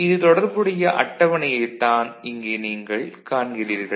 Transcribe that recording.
இது தொடர்புடைய அட்டவணையைத் தான் இங்கே நீங்கள் காண்கிறீர்கள்